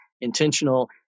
intentional